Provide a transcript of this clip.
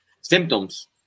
symptoms